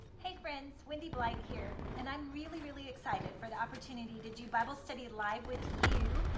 hey friends, wendy blight here, and i'm really, really excited for the opportunity to do bible study live with you,